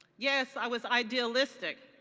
yes i was idealistic,